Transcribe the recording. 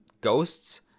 ghosts